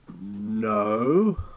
No